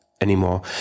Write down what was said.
anymore